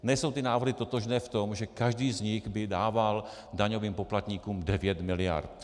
Nejsou ty návrhy totožné v tom, že každý z nich by dával daňovým poplatníkům 9 mld.